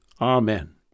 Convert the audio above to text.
Amen